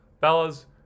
Fellas